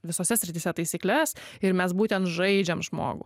visose srityse taisykles ir mes būtent žaidžiam žmogų